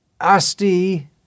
asti